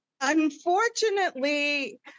Unfortunately